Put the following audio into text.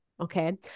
okay